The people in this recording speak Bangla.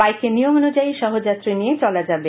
বাইকে নিয়ম অনুযায়ী সহযাত্রী নিয়ে চলা যাবে